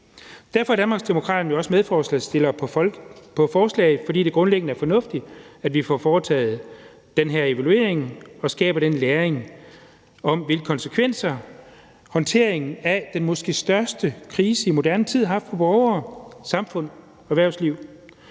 Derfor er Danmarksdemokraterne også medforslagsstillere på forslaget, fordi det grundlæggende er fornuftigt, at vi får foretaget den her evaluering og skaber den læring om, hvilke konsekvenser håndteringen af den måske største krise i moderne tid har haft for borgere, samfund, erhvervsliv.